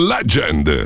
Legend